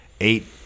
eight